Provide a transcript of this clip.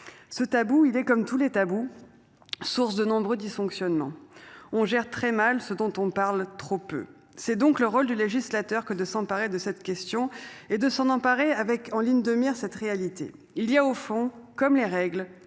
Ce tabou il est comme tous les tabous. Source de nombreux dysfonctionnements. On gère très mal ce dont on parle trop peu. C'est donc le rôle du législateur que de s'emparer de cette question et de s'en emparer avec en ligne de mire cette réalité, il y a au fond comme les règles